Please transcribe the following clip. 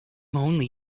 only